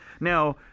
Now